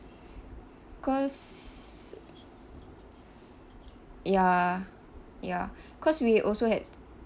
cause ya ya cause we also had